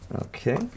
Okay